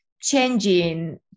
changing